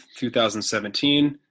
2017